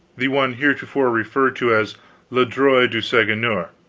the one heretofore referred to as le droit du seigneur.